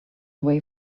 away